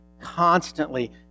constantly